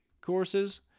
courses